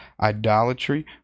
idolatry